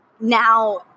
now